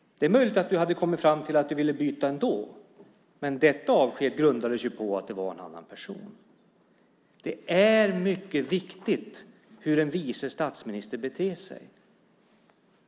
Det är möjligt att du hade kommit fram till att du ville byta ändå, men detta avsked grundades på att det var en annan person. Det är mycket viktigt hur en vice statsminister beter sig.